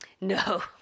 No